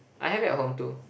I have it at home too